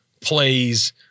plays